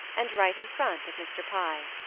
and right in front of mr. pye.